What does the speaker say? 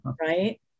Right